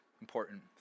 important